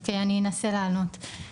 אוקיי, אני אנסה לענות.